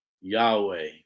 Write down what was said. Yahweh